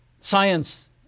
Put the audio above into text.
Science